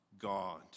God